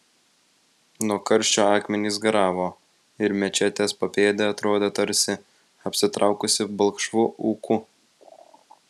nuo karščio akmenys garavo ir mečetės papėdė atrodė tarsi apsitraukusi balkšvu ūku